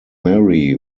mary